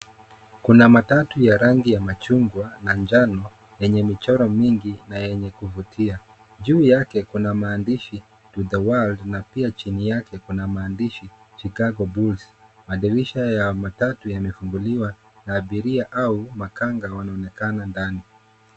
Kuna matatu ya rangi ya machungwa na njano yenye michoro mingi na yenye kuvutia. Juu yake kuna maandishi to the world na pia chini yake kuna maandishi Chicago bulls . Madirisha ya matatu yamefunguliwa na abiria au makanga wanaonekana ndani.